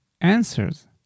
answers